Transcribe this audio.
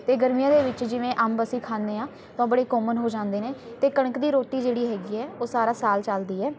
ਅਤੇ ਗਰਮੀਆਂ ਦੇ ਵਿੱਚ ਜਿਵੇਂ ਅੰਬ ਅਸੀਂ ਖਾਂਦੇ ਹਾਂ ਤਾਂ ਉਹ ਬੜੇ ਕੋਮਨ ਹੋ ਜਾਂਦੇ ਨੇ ਅਤੇ ਕਣਕ ਦੀ ਰੋਟੀ ਜਿਹੜੀ ਹੈਗੀ ਹੈ ਉਹ ਸਾਰਾ ਸਾਲ ਚੱਲਦੀ ਹੈ